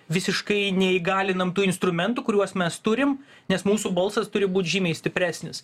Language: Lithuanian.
visiškai neįgalinam tų instrumentų kuriuos mes turim nes mūsų balsas turi būt žymiai stipresnis